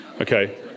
okay